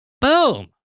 Boom